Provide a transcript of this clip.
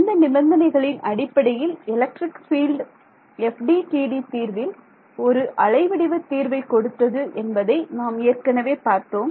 எந்த நிபந்தனைகளின் அடிப்படையில் எலக்ட்ரிக் ஃபீல்ட் FDTD தீர்வில் ஒரு அலை வடிவ தீர்வை கொடுத்தது என்பதை நாம் ஏற்கனவே பார்த்தோம்